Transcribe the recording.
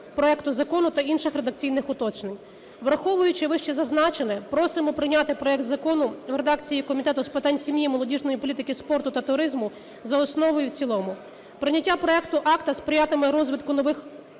проекту закону та інших редакційних уточнень. Враховуючи вищезазначене, просимо прийняти проект закону в редакції Комітету з питань сім'ї, молодіжної політики, спорту та туризму за основу і в цілому. Прийняття проекту акту сприятиме розвитку нових